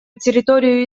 территорию